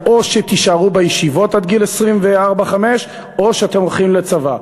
או שתישארו בישיבות עד גיל 24 25 או שאתם הולכים לצבא,